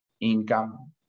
income